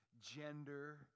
Gender